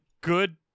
good